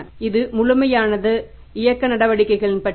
இது முழுமையானது இயக்க நடவடிக்கைகளின் பட்டியல்